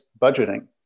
budgeting